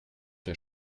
der